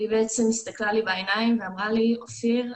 והיא בעצם הסתכלה לי בעיניים ואמרה לי 'אופיר,